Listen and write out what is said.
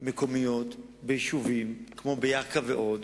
מקומיות ביישובים כמו ירכא ועוד,